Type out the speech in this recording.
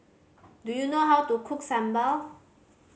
do you know how to cook sambal